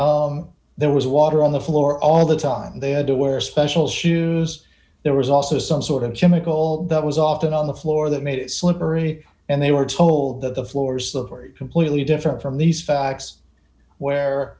fell there was water on the floor all the time they had to wear special shoes there was also some sort of chemical d that was often on the floor that made it slippery and they were told that the floors the very completely different from these facts where